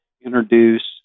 introduce